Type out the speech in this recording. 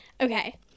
Okay